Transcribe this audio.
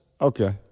Okay